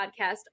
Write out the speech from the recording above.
podcast